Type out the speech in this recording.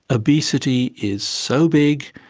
obesity is so big,